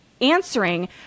answering